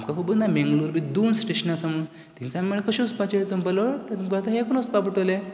आमकां खबर ना मेंगलोर बी दोन स्टेशनां आसा म्हणून थिंगसान म्हळ्यार कशें वसपाचें तो म्हणपाक लागलो तुमकां आतां हें करून वसपा पडटलें